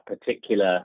particular